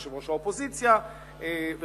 את יושב-ראש האופוזיציה וכדומה.